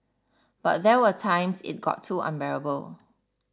but there were times it got too unbearable